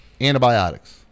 antibiotics